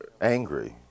angry